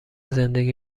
زندگی